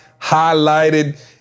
highlighted